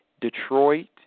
Detroit